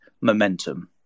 momentum